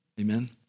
Amen